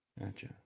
Gotcha